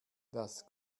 das